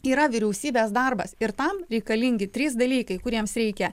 yra vyriausybės darbas ir tam reikalingi trys dalykai kuriems reikia